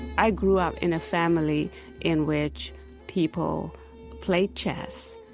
i grew up in a family in which people played chess,